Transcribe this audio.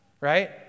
right